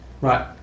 Right